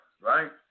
Right